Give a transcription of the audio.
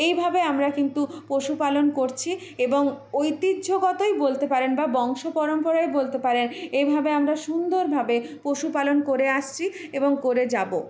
এইভাবে আমরা কিন্তু পশুপালন করছি এবং ঐতিহ্যগতই বলতে পারেন বা বংশ পরম্পরাই বলতে পারেন এইভাবে আমরা সুন্দরভাবে পশুপালন করে আসছি এবং করে যাবো